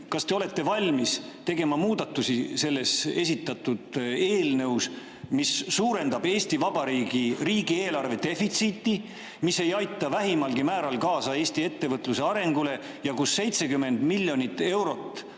kas te olete valmis tegema muudatusi selles esitatud eelnõus, mis suurendab Eesti Vabariigi riigieelarve defitsiiti, mis ei aita vähimalgi määral kaasa Eesti ettevõtluse arengule ja mille korral 70 miljonit eurot